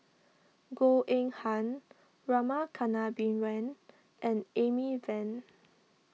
Goh Eng Han Rama Kannabiran and Amy Van